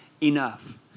enough